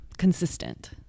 consistent